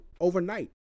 overnight